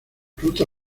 ruta